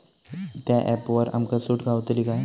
त्या ऍपवर आमका सूट गावतली काय?